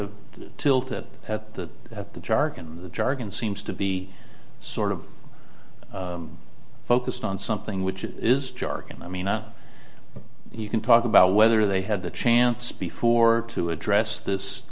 to tilt it at the at the jargon the jargon seems to be sort of focused on something which is jargon i mean a you can talk about whether they had a chance before to address this